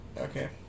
Okay